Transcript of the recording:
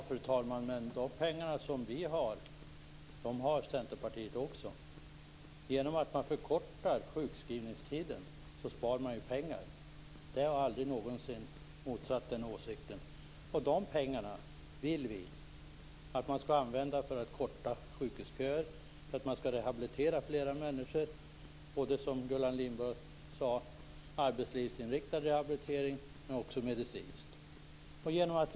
Fru talman! Men de pengar som vi har har Centerpartiet också. Genom att man förkortar sjukskrivningstiden sparar man ju pengar. Den åsikten har aldrig någon motsatt sig. De pengarna vill vi att man skall använda till att korta sjukhusköer och rehabilitera flera människor. Det skall, som Gullan Lindblad sade, vara både arbetslivsinriktad och medicinsk rehabilitering.